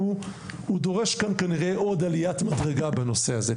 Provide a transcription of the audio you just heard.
דורש כנראה עוד עליית מדרגה בנושא הזה.